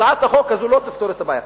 הצעת החוק הזאת לא תפתור את הבעיה.